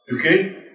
Okay